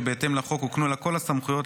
שבהתאם לחוק הוקנה לה כל הסמכויות,